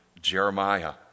Jeremiah